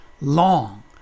long